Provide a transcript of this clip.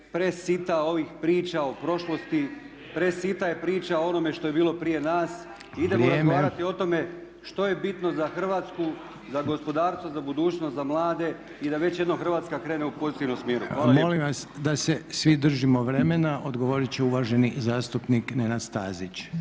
presita ovih priča o prošlosti, presita je priča o onome što je bilo prije nas… …/Upadica: Vrijeme./… … idemo razgovarati o tome što je bitno za Hrvatsku, za gospodarstvo, za budućnost, za mlade i da već jednom Hrvatska krene u pozitivnom smjeru. Hvala lijepo. **Reiner, Željko (HDZ)** Molim vas da se svi držimo vremena. Odgovoriti će uvaženi zastupnik Nenad Stazić.